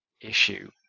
issue